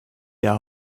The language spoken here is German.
der